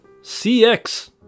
CX